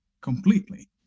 completely